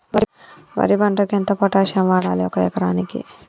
వరి పంటకు ఎంత పొటాషియం వాడాలి ఒక ఎకరానికి?